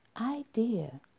idea